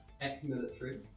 Ex-military